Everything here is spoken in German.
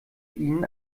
ihnen